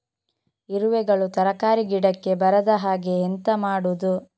ಇರುವೆಗಳು ತರಕಾರಿ ಗಿಡಕ್ಕೆ ಬರದ ಹಾಗೆ ಎಂತ ಮಾಡುದು?